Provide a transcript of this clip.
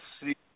see